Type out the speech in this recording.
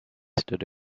stood